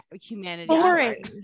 humanity